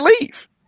leave